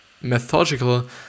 methodical